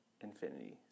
Infinity